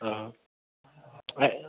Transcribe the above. आं